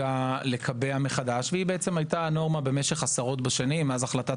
לקבע מחדש והיא הייתה הנורמה עשרות בשנים מאז החלטת